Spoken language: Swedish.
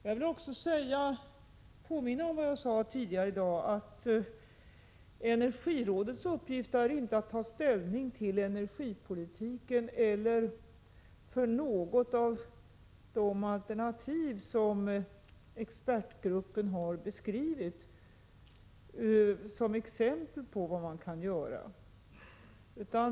Jag vill påminna om vad jag sade tidigare i dag att energirådets uppgift inte är att ta ställning till energipolitiken eller för något av de alternativ som expertgruppen har beskrivit som exempel på vad man kan göra.